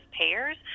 payers